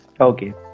okay